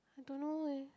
I don't know eh